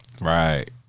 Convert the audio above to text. Right